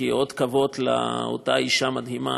כאות כבוד לאותה אישה מדהימה,